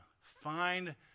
Find